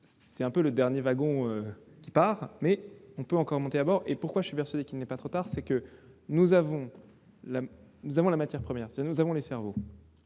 C'est un peu le dernier wagon qui part, mais on peut encore monter à bord. Pourquoi suis-je persuadé qu'il n'est pas trop tard ? Parce que nous avons la matière première : les cerveaux.